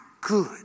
good